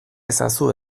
ezazu